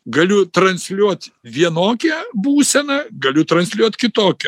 galiu transliuot vienokią būseną galiu transliuot kitokią